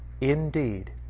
Indeed